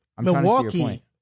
Milwaukee